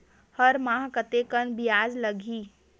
हर माह कतेकन ब्याज लगही?